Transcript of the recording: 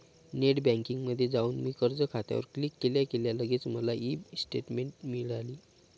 net बँकिंगमध्ये जाऊन मी कर्ज खात्यावर क्लिक केल्या केल्या लगेच मला ई स्टेटमेंट मिळाली